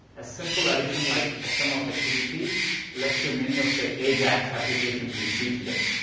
a simple addition like like xml http led to many of the ajax applications we see today.